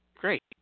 great